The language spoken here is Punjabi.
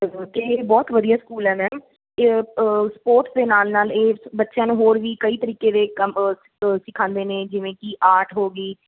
ਅਤੇ ਬਹੁਤ ਵਧੀਆ ਸਕੂਲ ਹੈ ਮੈਮ ਸਪੋਰਟਸ ਦੇ ਨਾਲ ਨਾਲ ਇਸ ਬੱਚਿਆਂ ਨੂੰ ਹੋਰ ਵੀ ਕਈ ਤਰੀਕੇ ਦੇ ਕੰਮ ਸਿਖਾਉਂਦੇ ਨੇ ਜਿਵੇਂ ਕਿ ਆਰਟ ਹੋ ਗਈ